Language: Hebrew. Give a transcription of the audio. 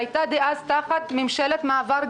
שהייתה אז גם כן תחת ממשלת מעבר,